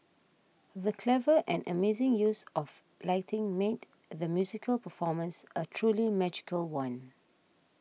the clever and amazing use of lighting made the musical performance a truly magical one